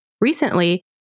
Recently